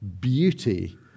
beauty